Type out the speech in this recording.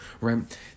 right